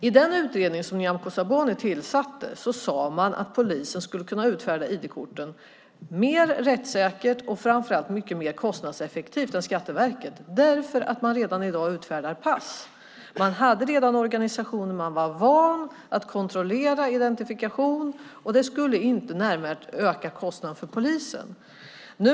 I den utredning som Nyamko Sabuni tillsatte sade man att polisen skulle kunna utfärda ID-korten mer rättssäkert och framför allt mycket mer kostnadseffektivt än Skatteverket därför att polisen redan i dag utfärdar pass. Man hade redan organisationen, och man var van att kontrollera identifikation. Det skulle inte nämnvärt öka kostnaderna för polisen.